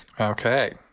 Okay